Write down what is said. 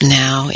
now